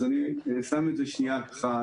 אז אני שם את זה שנייה בצד.